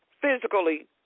physically